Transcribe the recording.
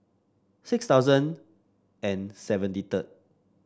six thousand and seventy third